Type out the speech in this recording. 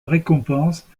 récompense